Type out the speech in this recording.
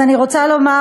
אז אני רוצה לומר,